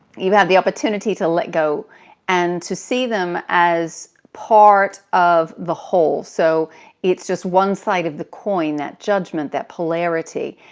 you have the opportunity to let go and to see them as part of the whole. so it's just one side of the coin, that judgment, that polarity.